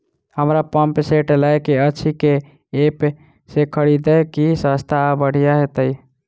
हमरा pump set लय केँ अछि केँ ऐप सँ खरिदियै की सस्ता आ बढ़िया हेतइ?